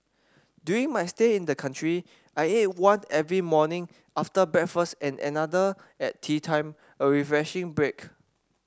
during my stay in the country I ate one every morning after breakfast and another at teatime a refreshing break